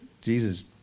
Jesus